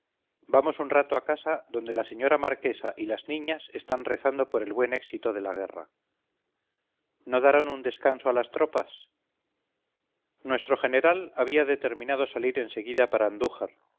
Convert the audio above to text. vamos un rato a casa donde la señora marquesa y las niñas están rezando por el buen éxito de la guerra no darán un descanso a las tropas nuestro general había determinado salir en seguida para andújar